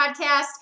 podcast